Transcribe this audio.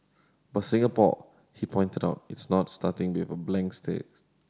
but Singapore he pointed out is not starting with a blank states